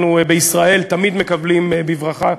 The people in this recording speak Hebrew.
אנחנו בישראל תמיד מקבלים בברכה,